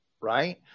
right